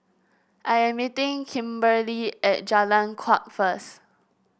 I am meeting Kimberlie at Jalan Kuak first